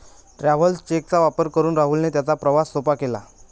travellers cheque चा वापर करून राहुलने त्याचा प्रवास सोपा केला